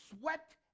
sweat